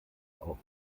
auf